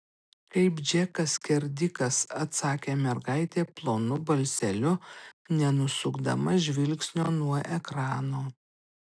kaip džekas skerdikas atsakė mergaitė plonu balseliu nenusukdama žvilgsnio nuo ekrano